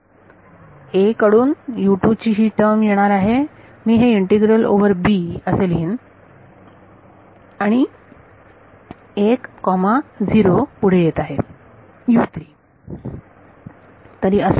म्हणून A कडून ही टर्म येणार आहे मी हे इंटिग्रल ओव्हर b असे लिहिन आणि 1 कॉमा 0 पुढे येत आहे